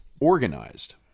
organized